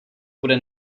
bude